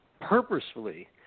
purposefully